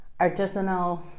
artisanal